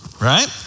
Right